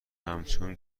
همچون